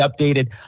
updated